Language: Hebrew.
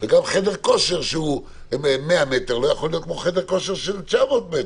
חדר כושר שהוא עם 100 מטרים לא יכול להיות כמו חדר כושר עם 900 מטרים.